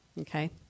Okay